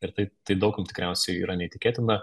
ir tai tai daug kam tikriausiai yra neįtikėtina